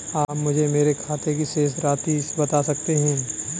आप मुझे मेरे खाते की शेष राशि बता सकते हैं?